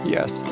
Yes